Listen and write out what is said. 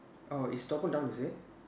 orh its toppled down is it